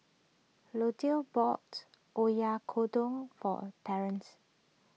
Lutie bought Oyakodon for Terance